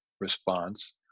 response